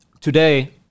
today